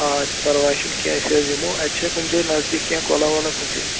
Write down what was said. آ پرواے چھُنہٕ کیٚنٛہہ أسۍ حظ یِمو اَتہِ چھےٚ کُنہِ جاے نزدیٖک کیٚنٛہہ کۄلہ وۄلہ کُنہِ جاے